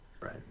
Right